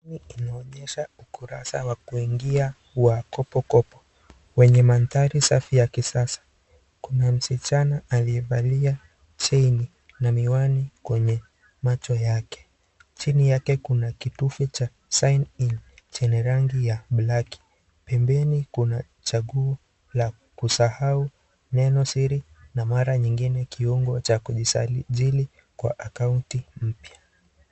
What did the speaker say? Hapa tunaonyesha ukurasa wa kuingia wa Kopokopo wenye mandhari safi ya kisasa. Kuna msichana aliyevalia chain na miwani kwenye macho yake. Chini yake kuna kitufe cha Sign In chenye rangi ya blaki. Pembeni kuna chaguo la kusahau neno siri na mara nyingine kiungo cha kujisajili kwa akaunti mpya.